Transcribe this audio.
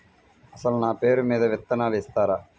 అసలు నా పేరు మీద విత్తనాలు ఇస్తారా?